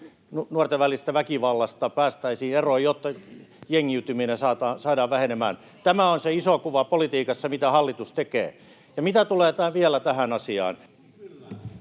nuorten välisestä väkivallasta päästäisiin eroon, jotta jengiytyminen saadaan vähenemään. Tämä on se iso kuva politiikassa, mitä hallitus tekee. Mitä tulee vielä tähän asiaan,